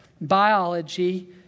biology